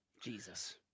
Jesus